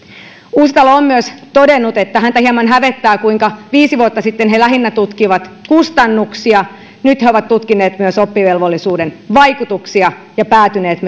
uusitalo on myös todennut että häntä hieman hävettää kuinka viisi vuotta sitten he lähinnä tutkivat kustannuksia nyt he ovat tutkineet myös oppivelvollisuuden vaikutuksia ja päätyneet